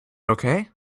okay